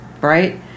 right